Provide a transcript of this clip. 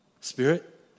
Spirit